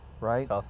right